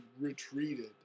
retreated